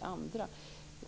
andra.